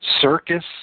circus